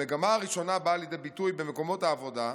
המגמה הראשונה באה לידי ביטוי במקומות העבודה,